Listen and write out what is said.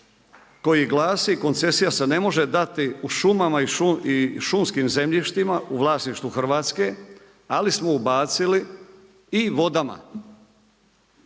koji glasi „Koncesija se ne može se dati u šumama i šumskim zemljištima u vlasništvu Hrvatske“, ali smo ubacili i vodama.